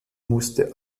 musste